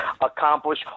accomplish